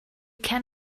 can